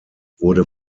wurde